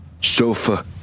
Sofa